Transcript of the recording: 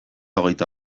hogeita